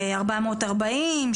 440,